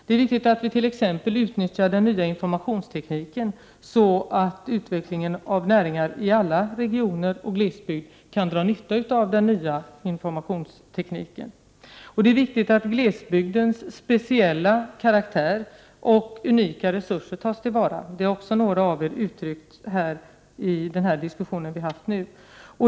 Det är viktigt att vi t.ex. utnyttjar den nya informationstekniken så att näringar i alla regioner kan dra nytta av den utvecklingen. Det är viktigt att glesbygdens speciella karaktär och unika resurser tas till vara. Det har också några av er uttryckt i den diskussion vi nu har haft.